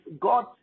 God